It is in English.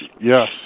Yes